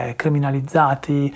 criminalizzati